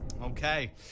Okay